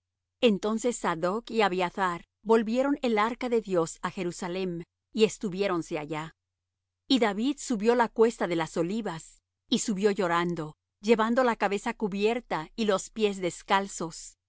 entonces sadoc y abiathar volvieron el arca de dios á jerusalem y estuviéronse allá y david subió la cuesta de las olivas y subió la llorando llevando la cabeza cubierta y los pies descalzos